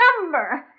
number